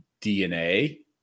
DNA